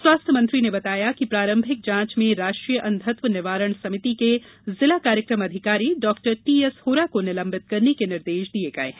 स्वास्थ्य मंत्री ने बताया कि प्रारंभिक जांच में राष्ट्रीय अंधत्व निवारण समिति के जिला कार्यक्रम अधिकारी डाक्टर टी एस होरा को निलंबित करने के निर्देश दिये गये हैं